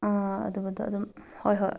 ꯑꯗꯨꯒꯤꯗ ꯑꯗꯨꯝ ꯍꯣꯏ ꯍꯣꯏ